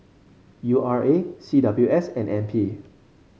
U R A C W S and N P